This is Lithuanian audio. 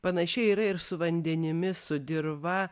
panašiai yra ir su vandenimis su dirva